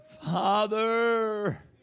Father